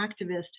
activist